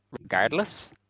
regardless